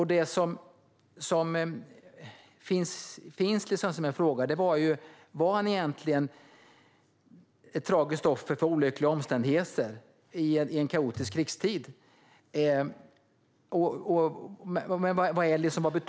Lite av en fråga är ju om han egentligen var ett tragiskt offer för olyckliga omständigheter i en kaotisk krigstid.